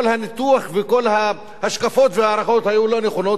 כל הניתוח וכל ההשקפות וההערכות היו לא נכונים,